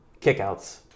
kickouts